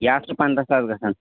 یَتھ چھُ پنٛداہ ساس گژھان